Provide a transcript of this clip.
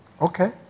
Okay